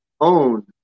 own